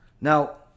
now